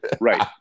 Right